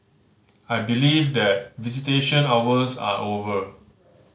I believe that visitation hours are over